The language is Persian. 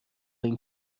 این